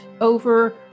over